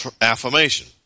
affirmation